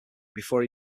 before